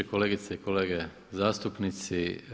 Kolegice i kolege zastupnici.